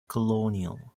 colonial